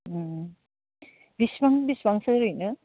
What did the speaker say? बेसेबां बेसेबांसो ओरैनो